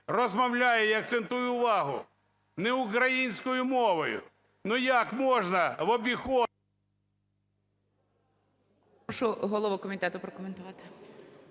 розмовляє, я акцентую увагу – не українською мовою. Ну як можна в обиход…